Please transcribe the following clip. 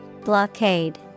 Blockade